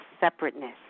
separateness